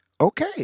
Okay